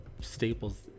staples